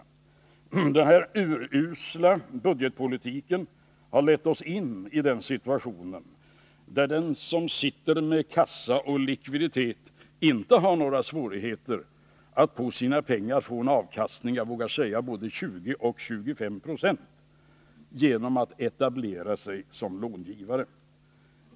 Denna urusla budgetpolitik har lett oss in i den situationen, att den som sitter med kassa och likviditet inte har några svårigheter att på sina pengar få en avkastning på 20-25 26 genom att etablera sig som långivare.